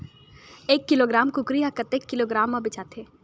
एक किलोग्राम कुकरी ह कतेक किलोग्राम म बेचाथे?